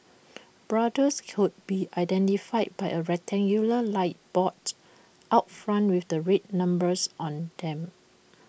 brothels could be identified by A rectangular light box out front with the red numbers on them